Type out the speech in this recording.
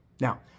Now